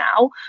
now